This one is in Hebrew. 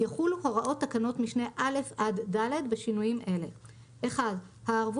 יחולו הוראות תקנות משנה (א) עד (ד) בשינויים אלה: הערבות